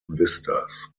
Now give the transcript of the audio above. vistas